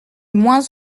moins